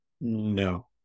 No